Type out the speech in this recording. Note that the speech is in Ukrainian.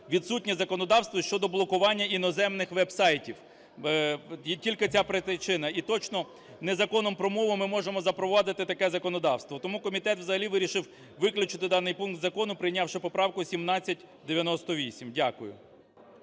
відсутнє законодавство щодо блокування іноземних веб-сайті і тільки ця причина і точно не Законом про мову ми можемо запровадити таке законодавство. Тому комітет взагалі вирішив виключити даний пункт із закону, прийнявши поправку 1798. Дякую.